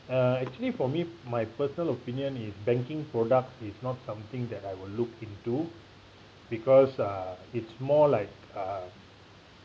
uh actually for me my personal opinion is banking product is not something that I will look into because uh it's more like uh